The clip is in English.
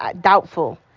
doubtful